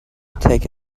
take